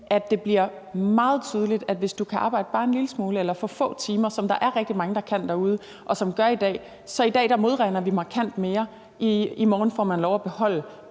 at det bliver meget tydeligt, hvis du kan arbejde bare en lille smule eller i få timer, som der er rigtig mange der kan derude og gør i dag. I dag modregner vi markant mere, og i morgen får man lov at beholde